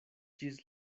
ĝis